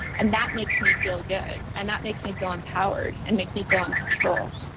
and that makes me feel good and that makes me feel empowered and makes me feel in control.